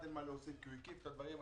אין מה להוסיף כי הוא הקיף את הדברים.